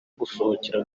gusohokera